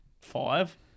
Five